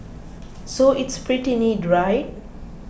so it's pretty neat right